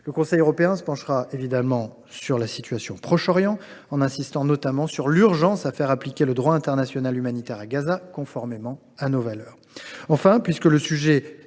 Le Conseil européen se penchera évidemment sur la situation au Proche Orient, en insistant notamment sur l’urgence à faire appliquer le droit international humanitaire à Gaza, conformément à nos valeurs. Enfin, puisque le sujet